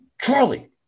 Charlie